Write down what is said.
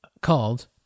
Called